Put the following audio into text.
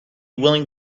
willing